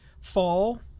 fall